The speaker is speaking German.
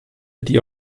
die